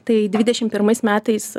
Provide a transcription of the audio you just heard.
tai dvidešim pirmais metais